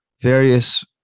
various